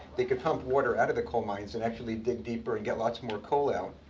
they could pump water out of the coal mines, and actually dig deeper and get lots more coal out.